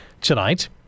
tonight